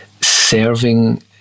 serving